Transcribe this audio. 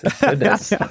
Goodness